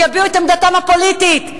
שיביעו את עמדתם הפוליטית.